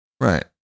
right